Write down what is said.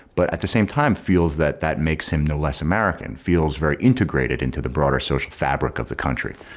but at the same time feels that that makes him no less american, feels very integrated into the broader social fabric of the country,